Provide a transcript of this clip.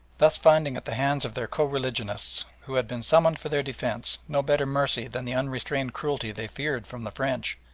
thus finding at the hands of their co-religionists, who had been summoned for their defence, no better mercy than the unrestrained cruelty they feared from the french,